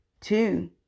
Two